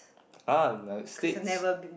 ah United-States